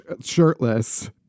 shirtless